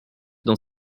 dans